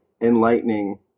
enlightening